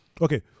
Okay